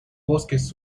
bosques